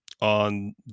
on